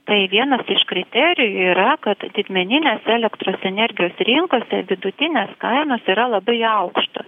tai vienas iš kriterijų yra kad didmeninės elektros energijos rinkose vidutinės kainos yra labai aukštos